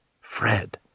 Fred